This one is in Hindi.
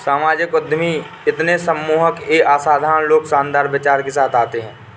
सामाजिक उद्यमी इतने सम्मोहक ये असाधारण लोग शानदार विचारों के साथ आते है